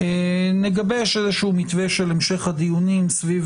נגבש איזה מתווה של המשך הדיונים סביב